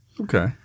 Okay